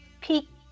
peak